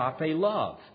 love